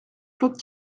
claude